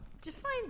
Define